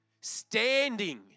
standing